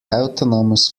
autonomous